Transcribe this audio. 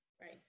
right